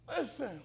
Listen